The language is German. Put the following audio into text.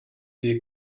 die